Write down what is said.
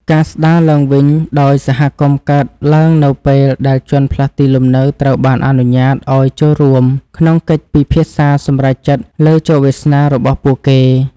ការស្តារឡើងវិញដោយសហគមន៍កើតឡើងនៅពេលដែលជនផ្លាស់ទីលំនៅត្រូវបានអនុញ្ញាតឱ្យចូលរួមក្នុងកិច្ចពិភាក្សាសម្រេចចិត្តលើជោគវាសនារបស់ពួកគេ។